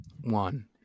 one